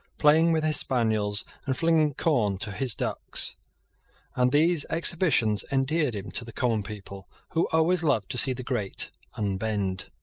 playing with his spaniels, and flinging corn to his ducks and these exhibitions endeared him to the common people, who always love to see the great unbend.